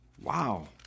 Wow